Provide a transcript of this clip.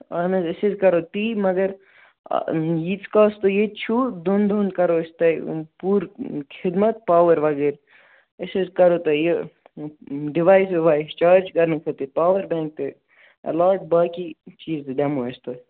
اَہَن حط أسۍ حظ کَرو تی مگر ییٖتِس کالس تُہۍ ییٚتہِ چھِو دۅن دۄہن کَرو أسۍ تۅہہِ پوٗرٕ خٔدمت پاور وغیرہ أسۍ حظ کَرو تۅہہِ یہِ ڈِوایس وِوایس چارٕج کَرنہٕ خٲطر پاور بینٛک تہِ اٮ۪لاٹ باقٕے چیٖز دِمو أسۍ تۅہہِ